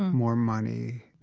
more money?